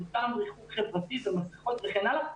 עם ריחוק חברתי ומסיכות וכן הלאה,